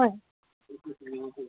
হয়